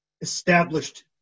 established